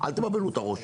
אל תבלבלו את הראש.